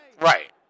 Right